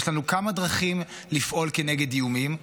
יש לנו כמה דרכים לפעול כנגד איומים,